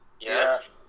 Yes